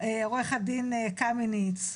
עו"ד קמיניץ,